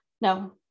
no